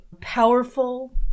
powerful